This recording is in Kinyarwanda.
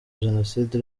jenoside